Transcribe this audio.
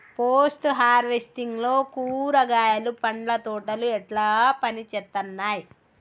Post harvesting లో కూరగాయలు పండ్ల తోటలు ఎట్లా పనిచేత్తనయ్?